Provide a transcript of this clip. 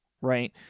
Right